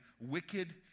wicked